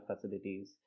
facilities